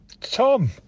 tom